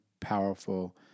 powerful